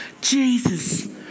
Jesus